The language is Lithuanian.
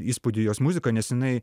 įspūdį jos muzika nes jinai